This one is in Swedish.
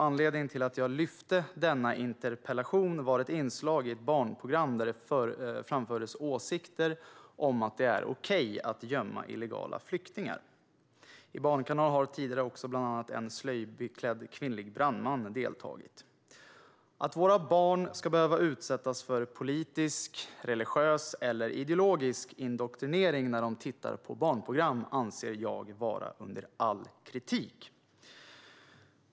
Anledningen till att jag skrev denna interpellation var ett inslag i ett barnprogram där det framfördes åsikter om att det är okej att gömma illegala flyktingar. I Barnkanalen har tidigare också bland annat en slöjbeklädd kvinnlig brandman deltagit. Att våra barn ska behöva utsättas för politisk, religiös eller ideologisk indoktrinering när de tittar på barnprogram anser jag vara under all kritik.